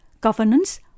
governance